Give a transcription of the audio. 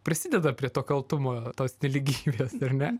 prisideda prie to kaltumo tos nelygybės ar ne